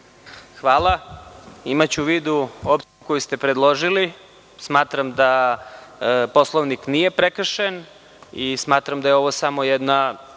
Hvala. Imaću u vidu odluku koju ste predložili. Smatram da Poslovnik nije prekršen i smatram da je ovo samo jedna